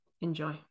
Enjoy